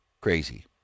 crazy